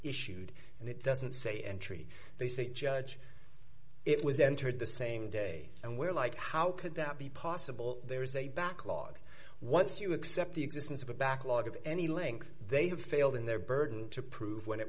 issued and it doesn't say entry they said judge it was entered the same day and we're like how could that be possible there is a backlog once you accept the existence of a backlog of any link they have failed in their burden to prove when it